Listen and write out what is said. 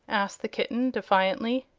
asked the kitten, defiantly.